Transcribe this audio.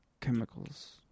chemicals